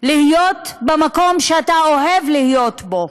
להיות במקום שאתה אוהב להיות בו.